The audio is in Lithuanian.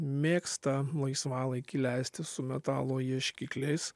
mėgsta laisvalaikį leisti su metalo ieškikliais